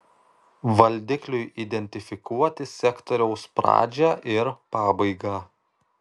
valdikliui identifikuoti sektoriaus pradžią ir pabaigą